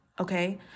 okay